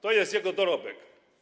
To jest jego dorobek.